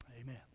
Amen